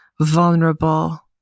vulnerable